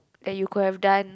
that you could have done